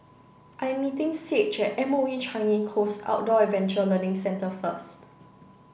I'm meeting Saige at M O E Changi Coast Outdoor Adventure Learning Centre first